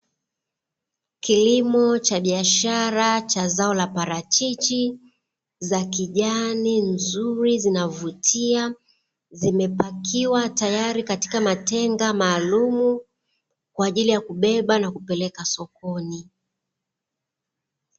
Kilimo cha biashara cha zao la parachichi, za kijani nzuri zinavutia, zimepakiwa tayari katika matenga maalumu, kwa ajili ya kubeba na kupeleka sokoni